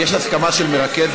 יש הסכמה של מרכז